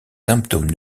symptômes